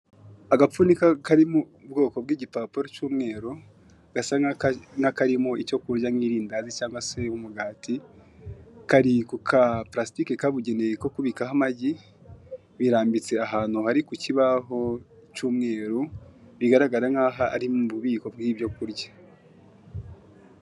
Agapfunyika karimo ubwoko bw'igipapuro cy'umweru gasa nka karimo icyo kurya nk'rindazi cyangwa se umugati kari kuka paratike kabugeneye ko kubikaho amagi birambitse ahantu hari ku kibaho cy'umweru bigaragara nkaho ari mu bubiko bw'ibyo kurya.